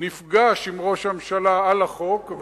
נפגש עם ראש הממשלה על החוק,